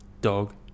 dog